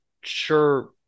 sure